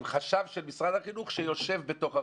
עם חשב של משרד האוצר שיושב בתוך הרשתות.